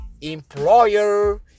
Employer